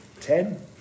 ten